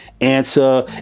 Answer